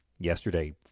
Yesterday